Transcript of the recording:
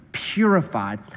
Purified